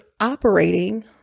operating